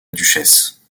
duchesse